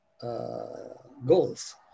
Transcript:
goals